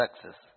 success